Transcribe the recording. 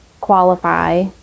qualify